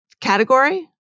category